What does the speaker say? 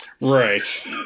Right